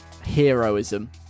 heroism